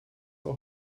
auch